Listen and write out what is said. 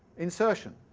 insertion.